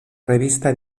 revista